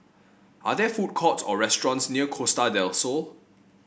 are there food courts or restaurants near Costa Del Sol